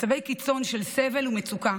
מצבי קיצון של סבל ומצוקה